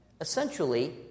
essentially